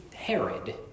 Herod